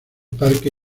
parque